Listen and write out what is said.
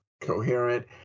coherent